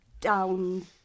down